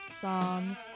song